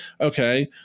okay